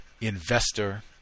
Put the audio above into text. investor